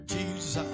Jesus